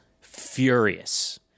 furious